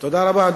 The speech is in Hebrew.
תודה רבה.